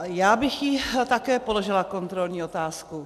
Já bych jí také položila kontrolní otázku.